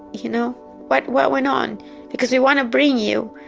you know what what went on because we want to bring you.